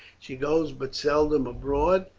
she goes but seldom abroad,